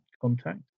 contact